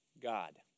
God